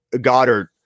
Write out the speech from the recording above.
Goddard